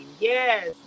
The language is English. Yes